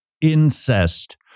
incest